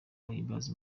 bahimbaza